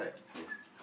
yes